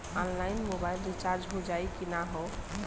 Online mobile recharge हो जाई की ना हो?